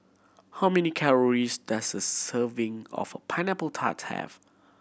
how many calories does a serving of Pineapple Tart have